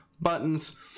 buttons